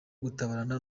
gutabarana